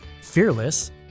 Fearless